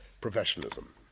professionalism